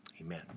Amen